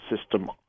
system